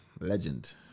Legend